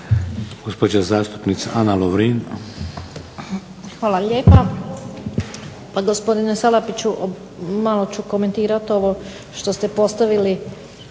Lovrin. **Lovrin, Ana (HDZ)** Hvala lijepa. Gospodine Salapiću malo ću komentirati ovo što ste postavili